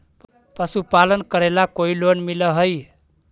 पशुपालन करेला कोई लोन मिल हइ?